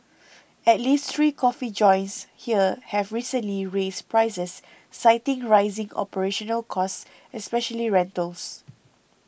at least three coffee joints here have recently raised prices citing rising operational costs especially rentals